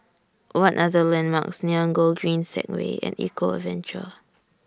What Are The landmarks near Gogreen Segway and Eco Adventure